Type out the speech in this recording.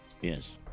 Yes